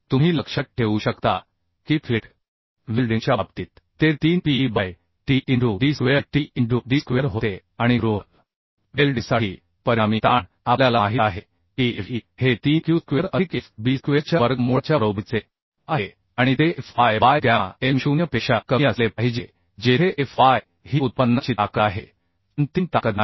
तुम्ही लक्षात ठेवू शकता की फिलेट वेल्डिंगच्या बाबतीत ते 3 P E by T E into D square T E into D square होते आणि ग्रूव्ह वेल्डिंगसाठी परिणामी ताण आपल्याला माहित आहे की एफ ई हे 3 क्यू स्क्वेअर अधिक एफ बी स्क्वेअरच्या वर्गमूळाच्या बरोबरीचे आहे आणि ते F Y by gamma M 0 पेक्षा कमी असले पाहिजे जेथे एफ वाय ही इल्डची ताकद आहे अंतिम ताकद नाही